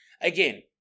Again